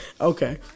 Okay